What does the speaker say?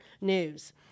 news